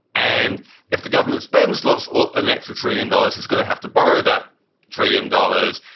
and if the government spends luvs or an extra trillion dollars, it's going to have to borrow that trillion dollars.